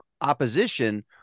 opposition